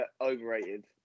Overrated